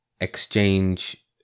exchange